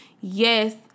Yes